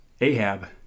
Ahab